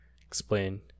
explain